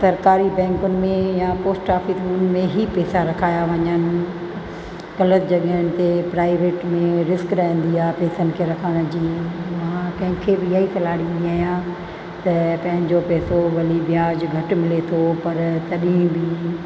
सरकारी बैंकुनि में या पोस्ट ऑफिस में ई पैसा रखाया वञनि ग़लति जॻहियुनि ते प्राइवेट में रिस्क रहंदी आहे पैसनि खे रखण जी मां कंहिंखे बि इहा ई सलाह ॾींदी आहियां त पंहिंजो पैसो भली व्याजु घटि मिले थो पर कॾहिं बि